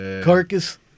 Carcass